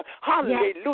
Hallelujah